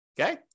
okay